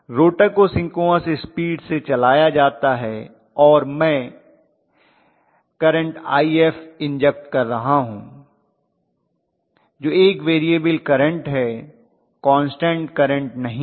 rotor को synchronous speed से चलाया जाता है और मैं करंट इंजेक्ट कर रहा हूं जो एक वेरिएबल करंट है कान्स्टन्ट करंट नहीं है